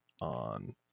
on